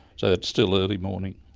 so that's still early morning.